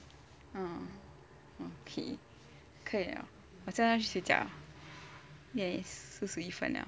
ah okay 可以了我现在要睡觉了 yes 四十一分了